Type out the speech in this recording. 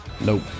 Nope